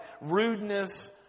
rudeness